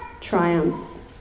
triumphs